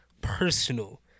personal